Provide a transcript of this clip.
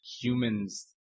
humans